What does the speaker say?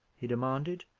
he demanded,